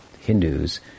Hindus